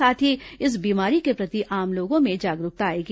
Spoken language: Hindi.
साथ ही इस बीमारी के प्रति आम लोगों में जागरूकता आएगी